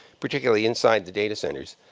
particularly inside the data centers.